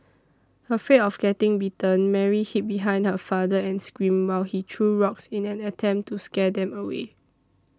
afraid of getting bitten Mary hid behind her father and screamed while he threw rocks in an attempt to scare them away